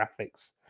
graphics